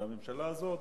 והממשלה הזאת,